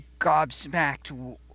gobsmacked